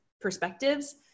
perspectives